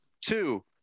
Two